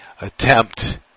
attempt